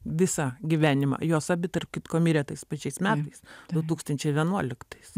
visą gyvenimą jos abi tarp kitko mirė tais pačiais metais du tūkstančiai vienuoliktais